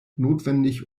notwendig